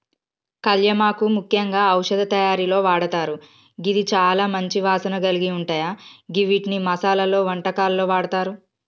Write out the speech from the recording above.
కళ్యామాకు ముఖ్యంగా ఔషధ తయారీలో వాడతారు గిది చాల మంచి వాసన కలిగుంటాయ గివ్విటిని మసాలలో, వంటకాల్లో వాడతారు